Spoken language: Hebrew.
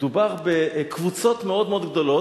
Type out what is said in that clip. מדובר בקבוצות מאוד מאוד גדולות.